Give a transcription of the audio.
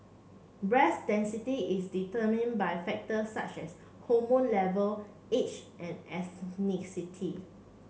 breast density is determined by factors such as hormone level age and